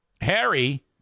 Harry